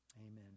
amen